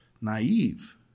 naive